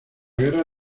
guerra